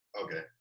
Okay